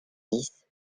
dix